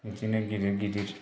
बिदिनो गिदिर गिदिर